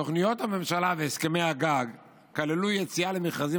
תוכניות הממשלה והסכמי הגג כללו יציאה למכרזים